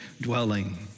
dwelling